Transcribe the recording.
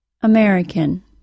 American